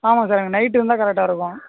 ஆமாம் சார் எனக்கு நைட் வந்தால் கரெக்ட்டா இருக்கும்